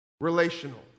relational